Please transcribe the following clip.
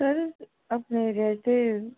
sir ਅਗਰ ਇਹਦੇ